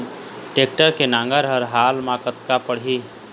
Tractor के नांगर हर हाल मा कतका पड़िही?